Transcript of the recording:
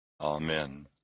Amen